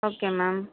okay ma'am